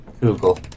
Google